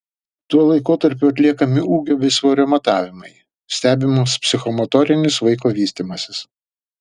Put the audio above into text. tuo laikotarpiu atliekami ūgio bei svorio matavimai stebimas psichomotorinis vaiko vystymasis